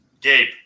Gabe